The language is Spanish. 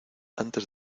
antes